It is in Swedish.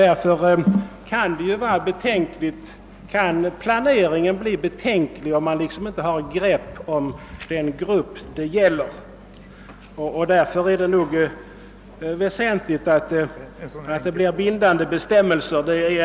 Planeringsarbetet kan ju få en betänklig inriktning om kommunerna inte har en realistisk uppfattning av omfattningen av den grupp av handikappade som man har att ta hänsyn till. Det är därför väsentligt att bestämmelserna blir bindande.